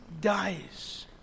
dies